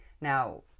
Now